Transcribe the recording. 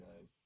guys